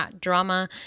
Drama